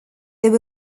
there